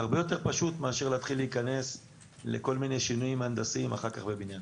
זה הרבה יותר פשוט מאשר להיכנס לכל מיני שינויים הנדסיים אחר כך בבניין.